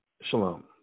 Shalom